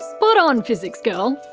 but um physics girl.